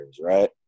right